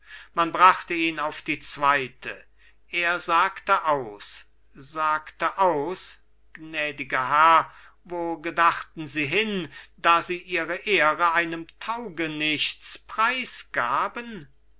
man brachte ihn auf die zweite er sagte aus sagte aus gnädiger herr wo gedachten sie hin da sie ihre ehre einem taugnichts preisgaben